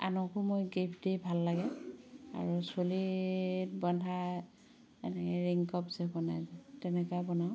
আনকো মই গিফ্ট দি ভাল লাগে আৰু চুলিত বন্ধা এনেকে ৰিং কাপ যে বনাই তেনেকুৱা বনাওঁ